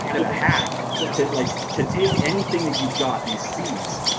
kind of a hack yeah to like to take anything that you've got, these seeds,